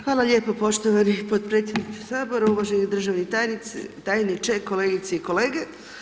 Hvala lijepo poštovani potpredsjedniče Sabora, uvaženi državni tajniče, kolegice i kolege.